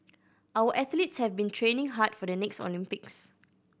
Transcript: our athletes have been training hard for the next Olympics